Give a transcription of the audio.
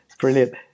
Brilliant